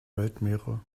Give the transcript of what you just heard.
weltmeere